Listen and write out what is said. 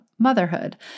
Motherhood